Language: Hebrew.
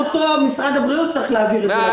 משרד הבריאות צריך להעביר את הדוח של גרוטו.